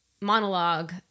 monologue